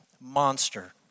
monster